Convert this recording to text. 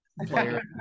player